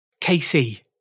casey